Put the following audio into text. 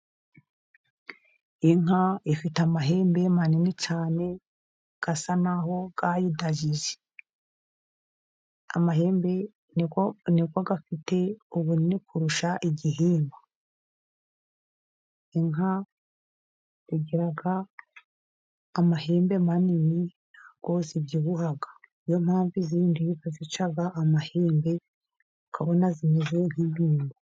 Inka ifite amahembe manini cyane asa naho yayidahije amahembe niyo afite ubunini kurusha igihimba. Inka zigira amahembe manini ntizibyibuha, niyo mpamvu izindi bazica amahembe ukabona zimeze nk'impirima.